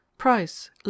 price